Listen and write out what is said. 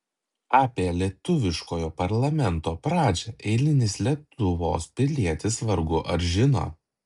apie lietuviškojo parlamento pradžią eilinis lietuvos pilietis vargu ar žino